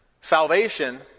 salvation